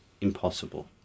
Impossible